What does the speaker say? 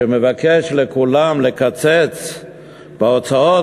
שמבקש לקצץ לכולם בהוצאות,